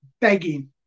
begging